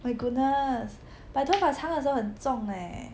my goodness but then 发长的时候很重 leh